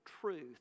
truth